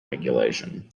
regulation